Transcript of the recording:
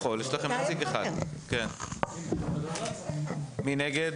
מי נגד?